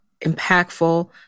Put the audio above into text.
impactful